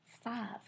Five